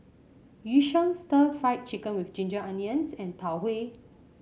Yu Sheng Stir Fried Chicken with Ginger Onions and Tau Huay